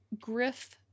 Griff